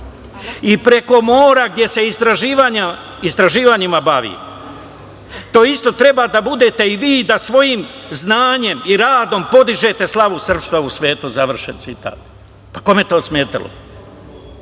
i preko mora, gde se istraživanjima bavim. To isto treba da budete i vi, da svojim znanjem i radom podižete slavu srpstva u svetu. “ Završen citat. Kome je to smetalo?